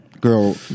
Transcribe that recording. Girl